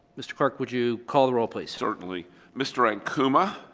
mr. clerk would you call the roll please certainly mr. ankuma,